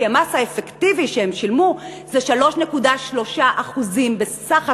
כי המס האפקטיבי שהם שילמו זה 3.3% בסך הכול.